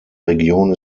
region